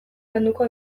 landuko